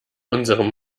unserem